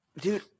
dude